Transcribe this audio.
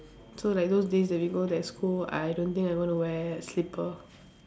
so like those days that we go that school I don't think I'm going to wear slipper